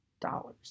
dollars